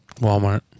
Walmart